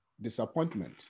disappointment